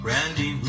Randy